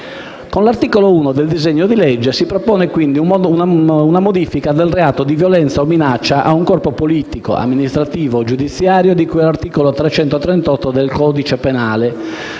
con l'articolo 1 del disegno di legge si propone una modifica del reato di violenza o minaccia ad un corpo politico, amministrativo o giudiziario, di cui all'articolo 338 del codice penale,